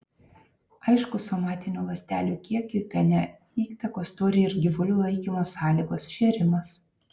aišku somatinių ląstelių kiekiui piene įtakos turi ir gyvulių laikymo sąlygos šėrimas